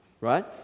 Right